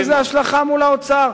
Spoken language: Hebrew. יש לזה השלכה מול האוצר.